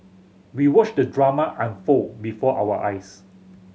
we watched the drama unfold before our eyes